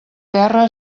terra